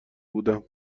بودم